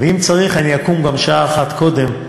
ואם צריך, אני אקום גם שעה אחת קודם,